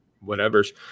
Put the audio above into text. whatever's